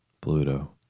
Pluto